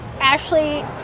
Ashley